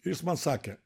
ir jis man sakė